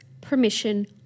permission